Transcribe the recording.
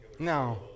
No